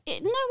No